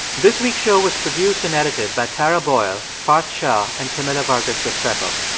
this week's show was produced and edited by tara boyle, parth shah and camila vargas restrepo.